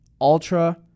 ultra